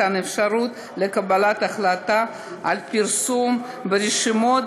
מתן האפשרות לקבלת ההחלטה על פרסום ברשומות